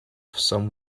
some